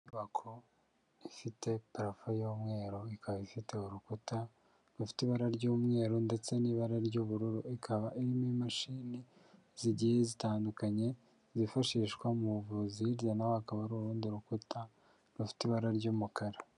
Inyubako ifite parofo y'umweru, ikaba ifite urukuta rufite ibara ry'umweru ndetse n'ibara ry'ubururu, ikaba irimo imashini zigiye zitandukanye zifashishwa mu buvuzi, hirya naho hakaba hari urundi rukuta rufite ibara ry'umukara.